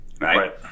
Right